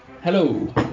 Hello